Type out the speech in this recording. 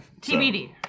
TBD